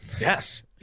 Yes